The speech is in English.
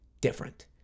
different